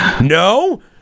No